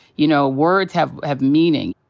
you know, words have have meaning.